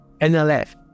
NLF